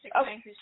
Okay